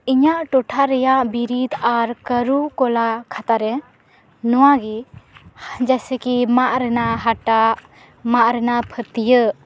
ᱤᱧᱟᱹᱜ ᱴᱚᱴᱷᱟ ᱨᱮᱭᱟᱜ ᱵᱤᱨᱤᱫ ᱟᱨ ᱠᱟᱨᱩ ᱠᱚᱞᱟ ᱠᱷᱟᱴᱟ ᱨᱮ ᱱᱚᱶᱟ ᱜᱤ ᱡᱮᱥᱮ ᱠᱤ ᱢᱟᱫᱽ ᱨᱮᱱᱟᱜ ᱦᱟᱴᱟᱜ ᱢᱟᱫ ᱨᱮᱱᱟᱜ ᱯᱷᱟᱹᱛᱭᱟᱹᱜ